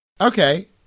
Okay